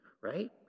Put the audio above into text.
right